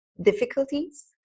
difficulties